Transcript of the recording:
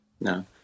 No